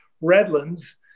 Redlands